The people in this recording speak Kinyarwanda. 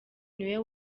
niwe